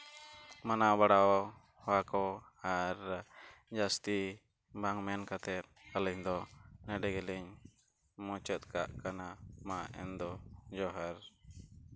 ᱢᱟᱱᱟᱣ ᱵᱟᱲᱟᱭᱟᱠᱚ ᱟᱨ ᱡᱟᱹᱥᱛᱤ ᱵᱟᱝ ᱢᱮᱱ ᱠᱟᱛᱮ ᱟᱹᱞᱤᱧ ᱫᱚ ᱱᱮᱰᱮ ᱜᱮᱞᱤᱧ ᱢᱩᱪᱟᱹᱫ ᱠᱟᱜ ᱠᱟᱱᱟ ᱢᱟ ᱮᱱ ᱫᱚ ᱡᱚᱦᱟᱨ